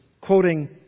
quoting